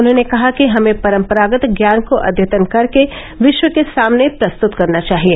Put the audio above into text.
उन्होंने कहा कि हमें परम्परागत ज्ञान को अद्यतन करके विश्व के सामने प्रस्तुत करना चाहिए